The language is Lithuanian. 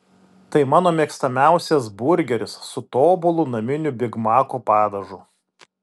tai mano mėgstamiausias burgeris su tobulu naminiu bigmako padažu